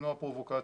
ולמנוע פרובוקציות.